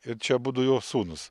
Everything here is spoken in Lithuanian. ir čia abudu jo sūnūs